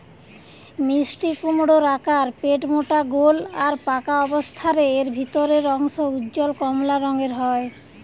মিষ্টিকুমড়োর আকার পেটমোটা গোল আর পাকা অবস্থারে এর ভিতরের অংশ উজ্জ্বল কমলা রঙের হয়